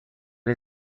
این